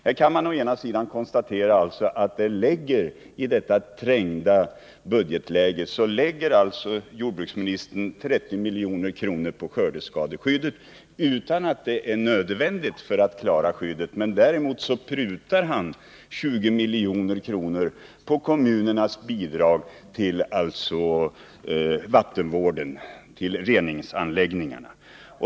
Här kan man alltså konstatera att jordbruksministern i detta trängda budgetläge lägger 30 milj.kr. på skördeskadeskyddet utan att det är nödvändigt för att klara skyddet. Däremot prutar han 20 milj.kr. på bidraget till kommunerna för reningsanläggningarna.